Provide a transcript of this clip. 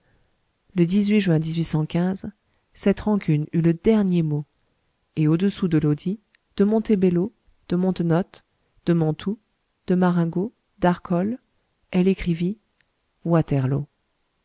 le juin cette rancune eut le dernier mot et au-dessous de lodi de montebello de montenotte de mantoue de marengo d'arcole elle écrivit waterloo